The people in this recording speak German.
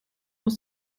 aus